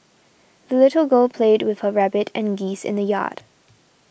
the little girl played with her rabbit and geese in the yard